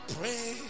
Pray